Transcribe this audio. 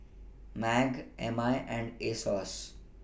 MAG M I and Asos